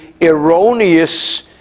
erroneous